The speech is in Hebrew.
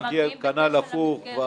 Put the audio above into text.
כנ"ל הפוך.